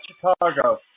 Chicago